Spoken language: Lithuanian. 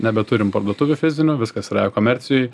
nebeturim parduotuvių fizinių viskas yra ekomercijoj